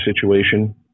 situation